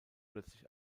plötzlich